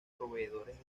proveedores